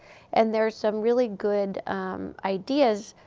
and there are some really good ideas.